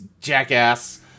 Jackass